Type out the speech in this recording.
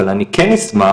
אבל אני כן אשמח,